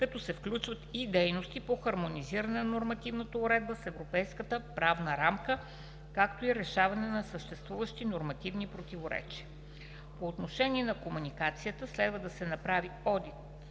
като се включват и дейности по хармонизиране на нормативната уредба с европейската правна рамка, както и решаване на съществуващи нормативни противоречия. - По отношение на комуникацията следва да се направи одит